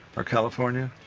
or california.